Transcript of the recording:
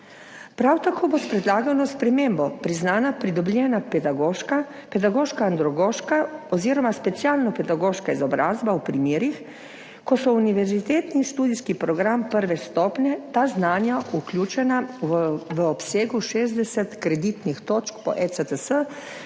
Prav tako bo s predlagano spremembo priznana pridobljena pedagoška, pedagoško andragoška oziroma specialno pedagoška izobrazba v primerih, ko so v univerzitetni študijski program prve stopnje ta znanja vključena v obsegu 60 kreditnih točk po ECTS,